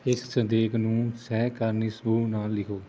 ਇਸ ਸੰਦੇਸ਼ ਨੂੰ ਸਹਿਕਰਮੀ ਸਮੂਹ ਨੂੰ ਲਿਖੋ